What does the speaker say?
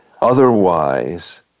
Otherwise